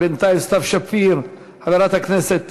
בינתיים חברת הכנסת